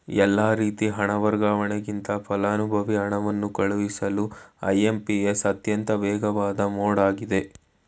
ಎಲ್ಲಾ ರೀತಿ ಹಣ ವರ್ಗಾವಣೆಗಿಂತ ಫಲಾನುಭವಿಗೆ ಹಣವನ್ನು ಕಳುಹಿಸಲು ಐ.ಎಂ.ಪಿ.ಎಸ್ ಅತ್ಯಂತ ವೇಗವಾದ ಮೋಡ್ ಆಗಿದೆ